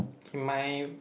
okay my